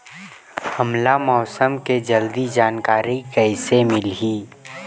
हमला मौसम के जल्दी जानकारी कइसे मिलही?